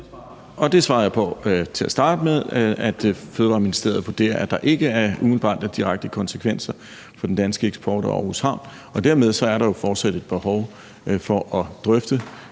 Det svarede jeg på til at starte med, nemlig at Fødevareministeriet vurderer, at der ikke umiddelbart er direkte konsekvenser for den danske eksport og Aarhus Havn. Dermed er der fortsat et behov for at drøfte